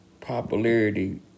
popularity